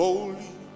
Holy